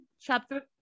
chapter